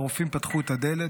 והרופאים פתחו את הדלת,